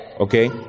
Okay